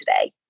today